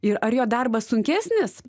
ir ar jo darbas sunkesnis